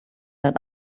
let